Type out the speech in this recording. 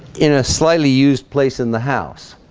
in a slightly used place in the house